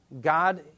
God